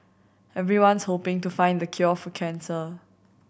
everyone's hoping to find the cure for cancer